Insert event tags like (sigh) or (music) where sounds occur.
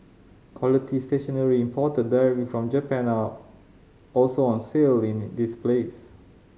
quality stationery imported directly from Japan are also on sale in (unintelligible) this place